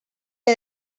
que